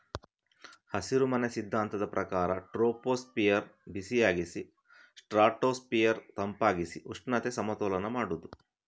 ಹಸಿರುಮನೆ ಸಿದ್ಧಾಂತದ ಪ್ರಕಾರ ಟ್ರೋಪೋಸ್ಫಿಯರ್ ಬಿಸಿಯಾಗಿಸಿ ಸ್ಟ್ರಾಟೋಸ್ಫಿಯರ್ ತಂಪಾಗಿಸಿ ಉಷ್ಣತೆ ಸಮತೋಲನ ಮಾಡುದು